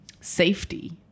safety